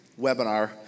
webinar